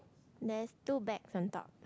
there's two bags on top